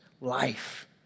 life